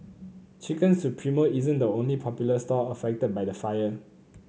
Chicken Supremo isn't the only popular stall affected by the fire